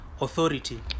authority